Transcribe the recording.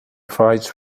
fights